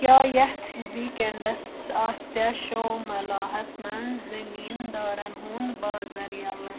کیاہ یتھ ویٖکاینڈس آسیا شومَلاہَس منٛز زمیٖندارن ہُند بازر یلہٕ